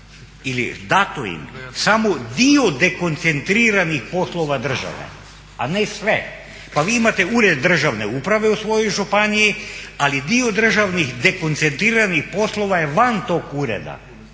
ili dato im samo dio dekoncentriranih poslova države, a ne sve. Pa vi imate Ured državne uprave u svojoj županiji, ali dio državnih dekoncentriranih poslova je van tog ureda.